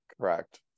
Correct